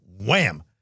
Wham